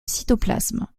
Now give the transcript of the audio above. cytoplasme